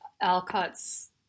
Alcott's